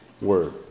word